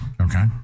Okay